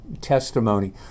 testimony